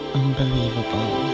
unbelievable